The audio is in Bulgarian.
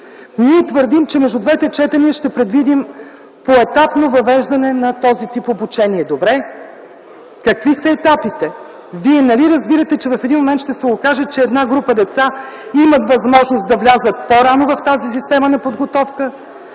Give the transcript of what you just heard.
Ние твърдим, че между двете четения ще предвидим поетапно въвеждане на този тип обучение. Добре, какви са етапите? Вие нали разбирате, че в един момент ще се окаже, че една група деца имат възможност да влязат по-рано в тази система на подготовка,